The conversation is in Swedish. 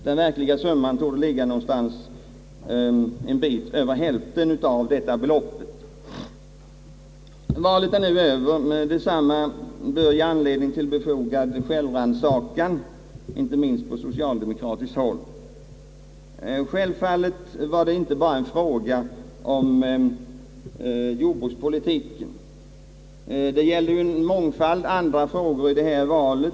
Den verkliga summan torde ligga något över hälften av detta belopp. Valet är nu över. Detsamma bör ge anledning till befogad självrannsakan inte minst på socialdemokratiskt håll. Självfallet var det inte bara en fråga om jordbrukspolitik. Det gällde ju en mängd andra frågor i detta val.